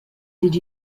did